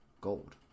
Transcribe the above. gold